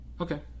Okay